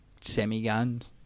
semi-guns